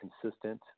consistent